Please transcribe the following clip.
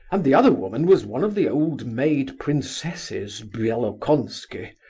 and the other woman was one of the old-maid princesses bielokonski.